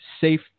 safe